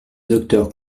docteur